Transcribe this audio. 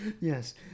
Yes